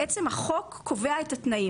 החוק קובע את התנאים.